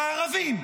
הערבים,